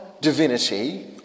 divinity